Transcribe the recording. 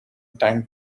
tank